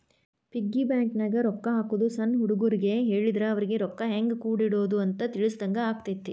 piggy ಬ್ಯಾಂಕನ್ಯಾಗ ರೊಕ್ಕಾ ಹಾಕೋದು ಸಣ್ಣ ಹುಡುಗರಿಗ್ ಹೇಳಿದ್ರ ಅವರಿಗಿ ರೊಕ್ಕಾ ಹೆಂಗ ಕೂಡಿಡೋದ್ ಅಂತ ತಿಳಿಸಿದಂಗ ಆಗತೈತಿ